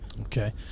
Okay